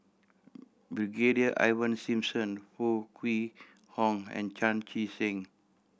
Brigadier Ivan Simson Foo Kwee Horng and Chan Chee Seng